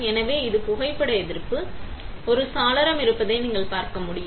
எனவே இது எனது புகைப்பட எதிர்ப்பு ஒரு சாளரம் இருப்பதை நீங்கள் பார்க்க முடியும்